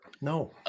No